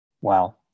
wow